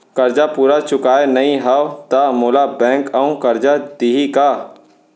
करजा पूरा चुकोय नई हव त मोला बैंक अऊ करजा दिही का?